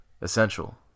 Essential